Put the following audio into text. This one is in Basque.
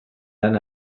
lan